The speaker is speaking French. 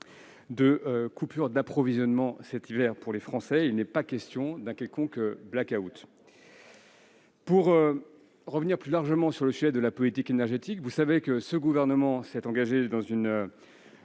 de coupure d'approvisionnement cet hiver pour les Français. Il n'est pas question d'un quelconque black-out ! Pour revenir plus largement sur le sujet de la politique énergétique, le Gouvernement s'est engagé dans la